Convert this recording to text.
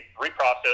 reprocessed